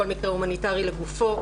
כל מקרה הומניטרי הוא לגופו.